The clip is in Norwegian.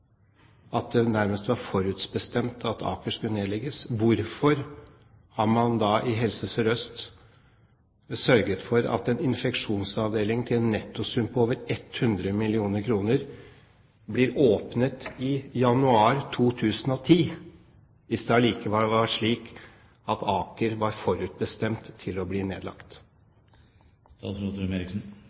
at Aker skulle nedlegges, hvorfor har man da i Helse Sør-Øst sørget for at en infeksjonsavdeling til en nettosum på over 100 mill. kr ble åpnet i januar 2010 – hvis det var slik at Aker var forutbestemt til å bli